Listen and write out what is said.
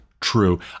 true